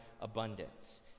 Abundance